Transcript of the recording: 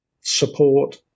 support